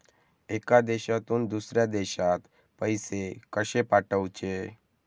एका देशातून दुसऱ्या देशात पैसे कशे पाठवचे?